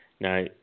Now